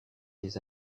des